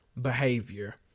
behavior